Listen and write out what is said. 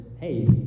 hey